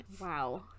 wow